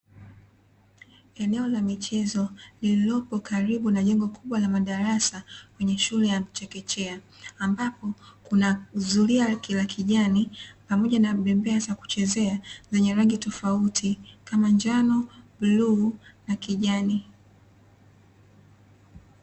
Eneo la michezo lililopo karibu na jengo kubwa la madarasa kwenye shule ya chekechea ambapo kuna zulia la kijani pamoja na bembea za kuchezea zenye rangi tofauti kama njano, bluu na kijani.